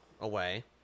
away